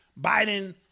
Biden